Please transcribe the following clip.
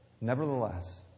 Nevertheless